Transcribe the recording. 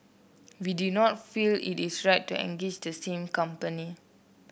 we do not feel it is right to engage the same company